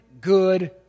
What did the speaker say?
good